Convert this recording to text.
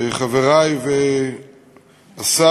חברי והשר,